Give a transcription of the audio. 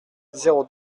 zéro